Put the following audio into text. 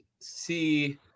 see